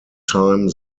time